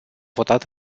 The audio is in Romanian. votat